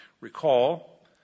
recall